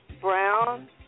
Brown